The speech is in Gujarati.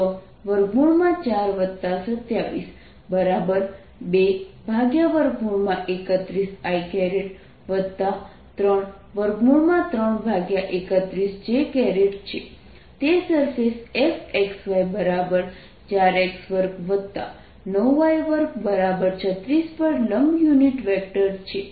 તે સરફેસ fxy4x29y236 પર લંબ યુનિટ વેક્ટર છે